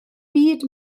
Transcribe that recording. byd